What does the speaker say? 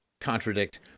contradict